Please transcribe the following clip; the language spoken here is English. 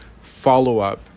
follow-up